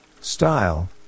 Style